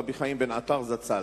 רבי חיים בן-עטר זצ"ל,